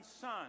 Son